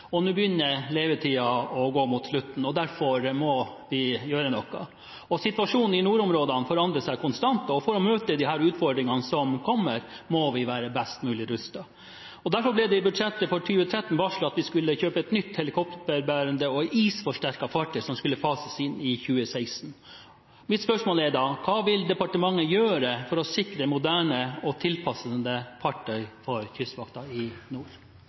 Nå begynner levetiden å gå mot slutten, og derfor må vi gjøre noe. Situasjonen i nordområdene forandrer seg konstant, og for å møte de utfordringene som kommer, må vi være best mulig rustet. Derfor ble det i budsjettet for 2013 varslet at vi skulle kjøpe et nytt helikopterbærende og isforsterket fartøy som skulle fases inn i 2016. Mitt spørsmål er da: Hva vil departementet gjøre for å sikre moderne og tilpassede fartøy for Kystvakten i nord?